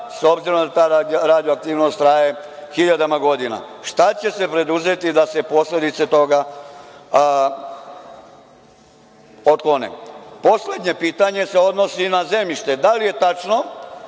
s obzirom da ta radioaktivnost traje hiljadama godina? Šta će se preduzeti da se posledice toga otklone? Poslednje pitanje se odnosi na zemljište, da li je tačno